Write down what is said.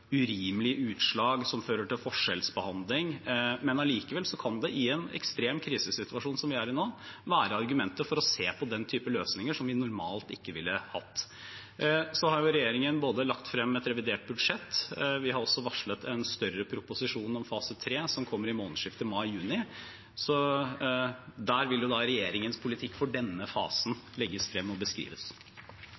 er i nå, være argumenter for å se på den type løsninger som vi normalt ikke ville hatt. Så har jo regjeringen både lagt fram et revidert budsjett og også varslet en større proposisjon om fase 3 som kommer i månedsskiftet mai/juni. Der vil regjeringens politikk for denne fasen